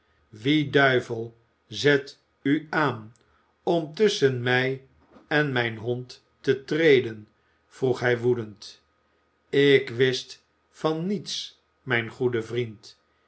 wie duivel zet u aan om tusschen mij en mijn hond te treden vroeg hij woedend ik wist van niets mijn goede vriend